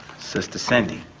sister cindy,